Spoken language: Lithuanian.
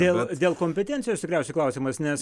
dėl dėl kompetencijos tikriausiai klausimas nes